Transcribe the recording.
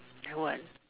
then what